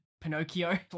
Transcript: pinocchio